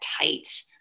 tight